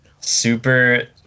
Super